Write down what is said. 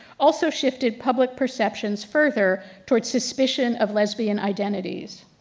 also shifted public perceptions further towards suspicion of lesbian identities.